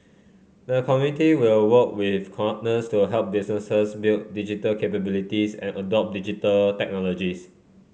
the committee will work with partners to help businesses build digital capabilities and adopt Digital Technologies